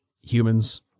humans